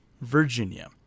Virginia